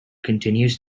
continues